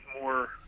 more